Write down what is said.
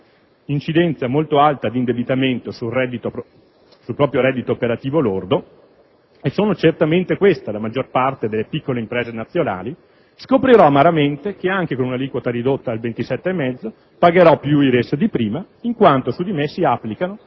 un'incidenza molto alta di indebitamento sul proprio reddito operativo lordo (sono certamente queste la maggior parte delle piccole imprese nazionali), scoprirò amaramente che anche con un'aliquota ridotta al 27,5 per cento pagherò più IRES di prima, in quanto su di me si applicheranno